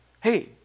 hey